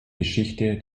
geschichte